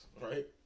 right